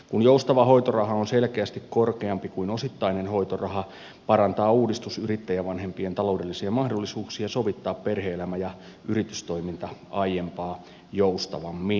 kun joustava hoitoraha on selkeästi korkeampi kuin osittainen hoitoraha parantaa uudistus yrittäjävanhempien taloudellisia mahdollisuuksia sovittaa perhe elämä ja yritystoiminta aiempaa joustavammin